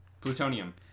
Plutonium